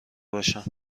باشم